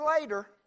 later